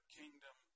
kingdom